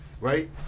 right